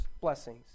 blessings